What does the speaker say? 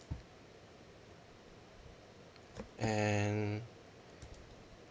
and